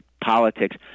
politics